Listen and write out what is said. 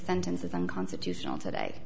sentence is unconstitutional today